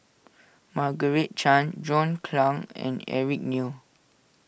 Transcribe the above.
Margaret Chan John Clang and Eric Neo